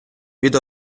від